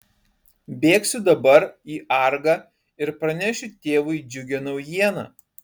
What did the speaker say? bėgsiu dabar į argą ir pranešiu tėvui džiugią naujieną